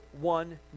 one